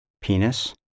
penis